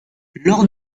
lors